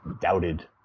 doubted